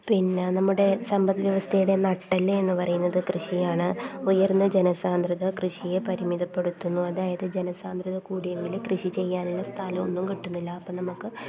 പിന്ന നമ്മുടെ സമ്പദ് വ്യവസ്ഥയുടെ നട്ടെല്ല് എന്ന് പറയുന്നത് കൃഷിയാണ് ഉയർന്ന ജന സാന്ദ്രത കൃഷിയെ പരിമിതപ്പെടുത്തുന്നു അതായത് ജന സാന്ദ്രത കൂടിയതിൽ കൃഷിചെയ്യാനുള്ള സ്ഥലമൊന്നും കിട്ടുന്നില്ല അപ്പം നമുക്ക്